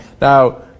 Now